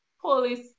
police